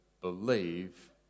believe